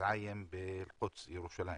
מזעיים בירושלים,